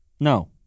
No